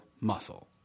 muscle